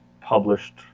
published